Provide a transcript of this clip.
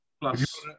plus